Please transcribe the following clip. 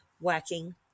whacking